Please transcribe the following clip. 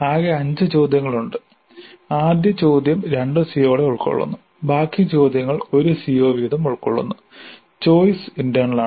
ആകെ അഞ്ച് ചോദ്യങ്ങളുണ്ട് ആദ്യ ചോദ്യം രണ്ട് സിഒകളെ ഉൾക്കൊള്ളുന്നു ബാക്കി ചോദ്യങ്ങൾ ഒരു സിഒ വീതം ഉൾക്കൊള്ളുന്നു ചോയ്സ് ഇന്റെർണലാണ്